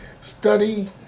study